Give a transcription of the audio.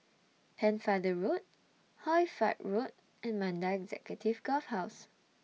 Pennefather Road Hoy Fatt Road and Mandai Executive Golf Course